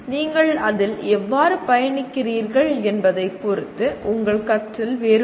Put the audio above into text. நீங்கள் அதில் எவ்வாறு பயணிக்கிறீர்கள் என்பதைப் பொறுத்து உங்கள் கற்றல் வேறுபடும்